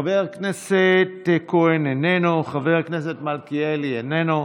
חבר הכנסת כהן, איננו, חבר הכנסת מלכיאלי, איננו,